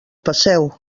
passeu